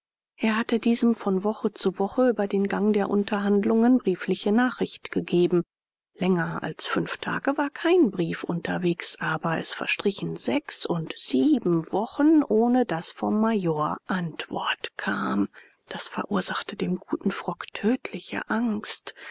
er hatte diesem von woche zu woche über den gang der unterhandlungen briefliche nachricht gegeben länger als fünf tage war kein brief unterwegs aber es verstrichen sechs und sieben wochen ohne daß vom major antwort kam das verursachte dem guten frock tödliche angst